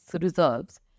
reserves